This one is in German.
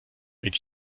mit